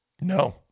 no